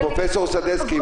פרופ' סדצקי,